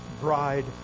bride